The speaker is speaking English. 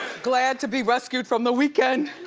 glad to be rescued from the weekend.